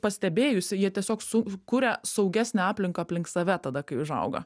pastebėjusi jie tiesiog su kuria saugesnę aplinką aplink save tada kai užauga